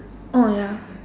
oh ya